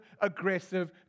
aggressive